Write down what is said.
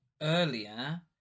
earlier